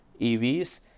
evs